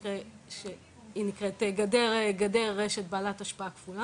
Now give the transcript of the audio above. קשה לי להגיד במדויק מה תהיה רמת הפליטות באותה תקופה.